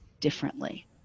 differently